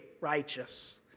righteous